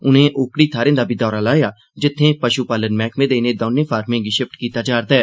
उनें ओकड़ी थाहरें दा बी दौरा लाया जित्थें पशुपालन मैहकमे दे इनें दौनें फार्में गी शिफ्ट कीता जा'रदा ऐ